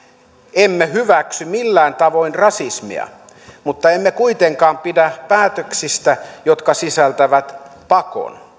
emme hyväksy millään tavoin rasismia mutta emme kuitenkaan pidä päätöksistä jotka sisältävät pakon